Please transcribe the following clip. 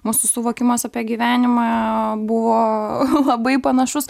mūsų suvokimas apie gyvenimą buvo labai panašus